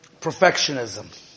Perfectionism